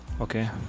okay